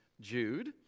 Jude